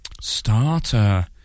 Starter